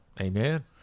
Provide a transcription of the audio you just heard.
Amen